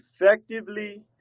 effectively